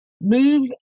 move